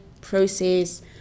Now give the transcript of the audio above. process